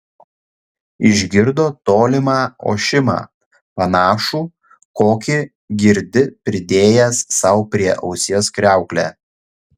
išgirdo tolimą ošimą panašų kokį girdi pridėjęs sau prie ausies kriauklę